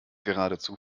geradezu